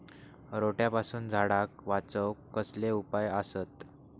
रोट्यापासून झाडाक वाचौक कसले उपाय आसत?